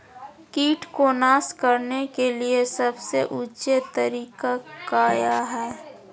किट को नास करने के लिए सबसे ऊंचे तरीका काया है?